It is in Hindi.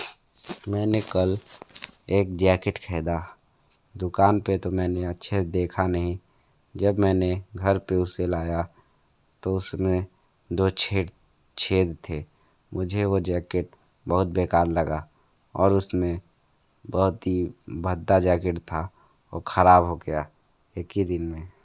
मैंने कल एक जैकेट खरीदा दुकान पे तो मैंने अच्छे से देखा नहीं जब मैंने घर पे उसे लाया तो उसमें दो छेद छेद थे मुझे वो जैकेट बहुत बेकार लगा और उसमें बहुत ही भद्दा जैकेट था वो खराब हो गया एक ही दिन में